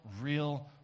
real